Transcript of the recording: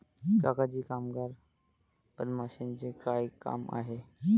काका जी कामगार मधमाशीचे काय काम आहे